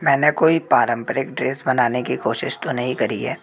मैंने कोई पारंपरिक ड्रेस बनाने की कोशिश तो नहीं करी है